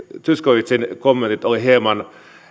zyskowiczin kommentit olivat hieman